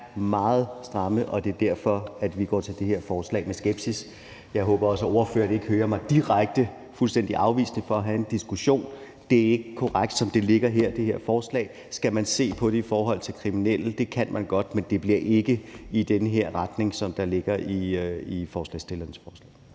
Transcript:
meget stramme, og det er derfor, vi går til det her forslag med skepsis. Jeg håber også, at ordføreren ikke direkte hører mig være fuldstændig afvisende over for at have en diskussion, for det er ikke korrekt. I forhold til forslaget, som det ligger her: Skal man se på det i forhold til kriminelle? Det kan man godt, men det bliver ikke i den retning, som ligger i forslagsstillernes forslag.